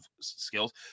skills